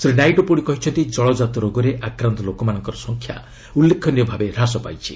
ଶ୍ରୀ ନାଇଡୁ ପୁଣି କହିଛନ୍ତି ଜଳକାତ ରୋଗରେ ଆକ୍ରାନ୍ତ ଲୋକମାନଙ୍କ ସଂଖ୍ୟା ଉଲ୍ଲେଖନୀୟ ଭାବେ ହ୍ରାସ ପାଇଛି